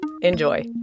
Enjoy